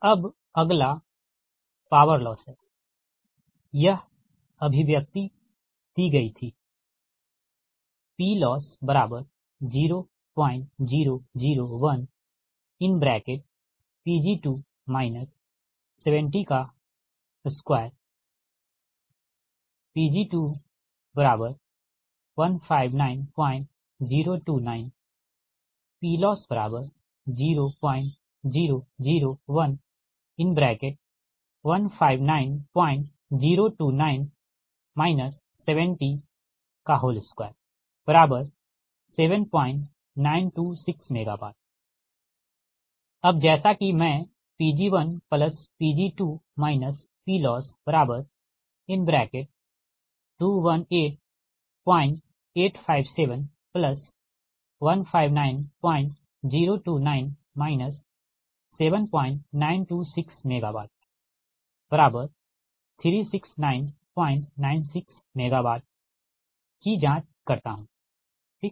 अबअगला power loss हैयह अभिव्यक्ति दी गई थीPLoss0001Pg2 702Pg2159029PLoss0001159029 7027926 MW अब जैसा कि मैं Pg1Pg2 PLoss218857159029 7926 MW36996 MW की जाँच करता हूँ ठीक